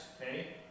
Okay